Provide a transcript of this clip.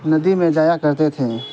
ندی میں جایا کرتے تھے